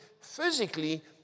physically